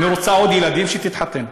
אם היא רוצה עוד ילדים, שתתחתן.